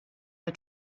der